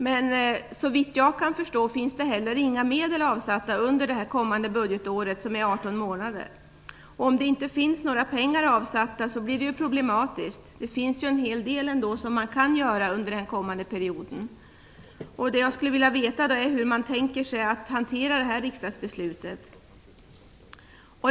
Men såvitt jag kan förstå finns det heller inga medel avsatta under det kommande budgetåret, som är 18 månader. Om det inte finns några pengar avsatta blir det problematiskt. Det finns en hel del som man kan göra under den kommande perioden. Det jag skulle vilja veta är hur man tänker sig att hantera det här riksdagsbeslutet.